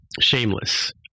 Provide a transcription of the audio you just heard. Shameless